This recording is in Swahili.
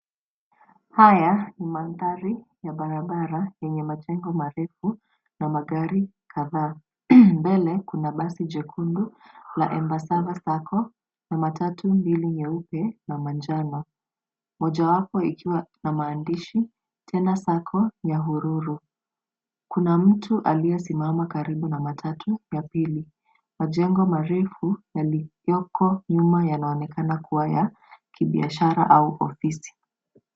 Haya ni mandhari ya barabara yenye majengo marefu na magari kadhaa. Mbele kuna basi jekundu la Embasava Sacco na matatu mbili nyeupe na manjano mojawapo ikiwa na maandishi Tena Sacco Nyahururu. Kuna mtu aliyesimama karibu na matatu ya pili. Majengo marefu yalioko nyuma yanaonekana kuwa ya kibiashara au ofisi.